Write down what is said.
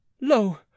Lo